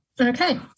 Okay